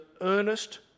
earnest